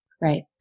right